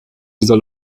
dieser